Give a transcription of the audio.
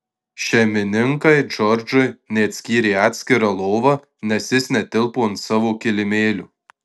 šeimininkai džordžui net skyrė atskirą lovą nes jis netilpo ant savo kilimėlio